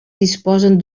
disposen